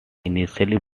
initial